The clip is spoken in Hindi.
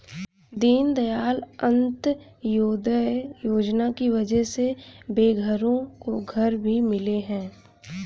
दीनदयाल अंत्योदय योजना की वजह से बेघरों को घर भी मिले हैं